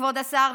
כבוד השר,